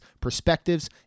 perspectives